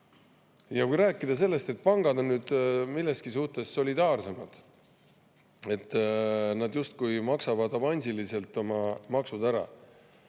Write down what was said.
Räägime sellest, et pangad on mingis suhtes solidaarsemad, et nad justkui maksavad avansiliselt oma maksud ära.